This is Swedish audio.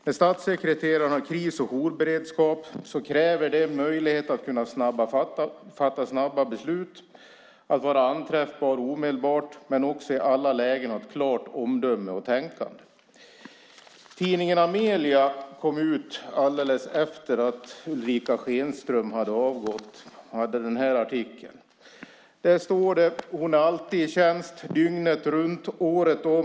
När statssekreterare har kris och jourberedskap kräver det möjlighet att kunna fatta snabba beslut, att vara anträffbar omedelbart men också att i alla lägen ha ett omdöme att tänka. Tidningen Amelia som kom ut alldeles efter att Ulrica Schenström hade avgått hade en artikel. Där står det: Hon är alltid i tjänst dygnet runt, året om.